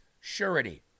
surety